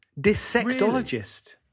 Dissectologist